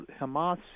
Hamas